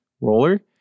roller